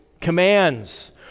Commands